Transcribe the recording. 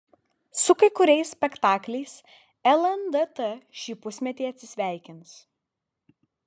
su kai kuriais spektakliais lndt šį pusmetį atsisveikins